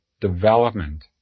development